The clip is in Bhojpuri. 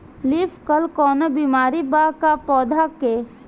लीफ कल कौनो बीमारी बा का पौधा के?